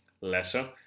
lesser